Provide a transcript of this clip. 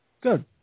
Good